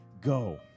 go